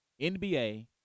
NBA